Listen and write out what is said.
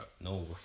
No